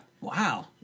Wow